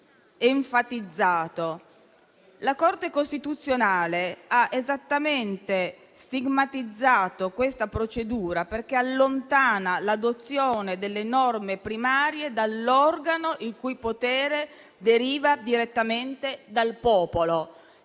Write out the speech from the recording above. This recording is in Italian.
La Corte costituzionale ha stigmatizzato esattamente questa procedura, perché allontana l'adozione delle norme primarie dall'organo il cui potere deriva direttamente dal popolo,